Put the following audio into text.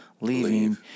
leaving